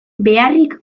beharrik